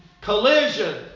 Collision